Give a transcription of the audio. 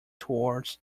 towards